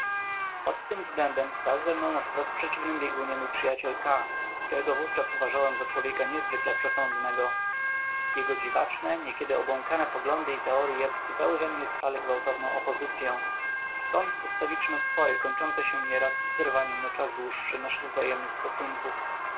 pod tym względem stał ze mną na wprost przeciwnym biegunie mój przyjaciel k którego wówczas uważałem za człowieka niezwykle przesądnego jego dziwaczne niekiedy obłąkane poglądy i teorye wzbudzały we mnie stale gwałtowną opozycyę a stąd ustawiczne spory kończące się nieraz zerwaniem na czas dłuższy naszych wzajemnych stosunków